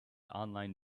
online